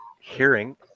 hearing